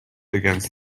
against